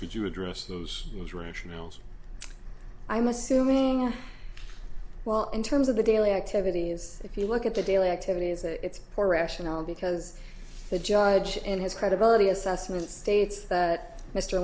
could you address those internationals i'm assuming well in terms of the daily activities if you look at the daily activities it's poor rationale because the judge in his credibility assessment states that mr